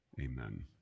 amen